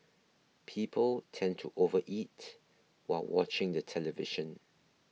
people tend to overeat while watching the television